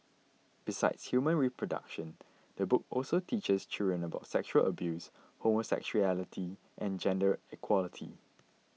besides human reproduction the book also teaches children about sexual abuse homosexuality and gender equality